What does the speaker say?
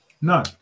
No